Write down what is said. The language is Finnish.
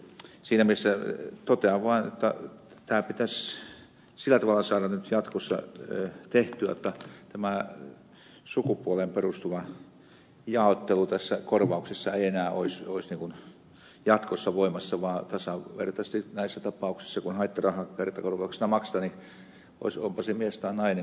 siinä mielessä totean vaan että tämä pitäisi sillä tavalla saada nyt jatkossa tehtyä jotta tämä sukupuoleen perustuva jaottelu tässä korvauksessa ei enää olisi jatkossa voimassa vaan tasavertaisesti näissä tapauksissa kun haittaraha kertakorvauksena maksetaan onpa se mies tai nainen olisi saman suuruinen korvaus